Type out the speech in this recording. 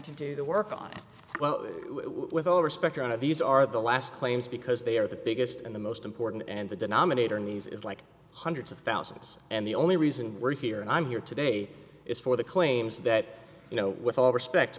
to do the work on it well with all respect around it these are the last claims because they are the biggest and the most important and the denominator in these is like hundreds of thousands and the only reason we're here and i'm here today is for the claims that you know with all respect